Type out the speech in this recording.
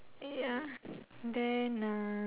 ya then uh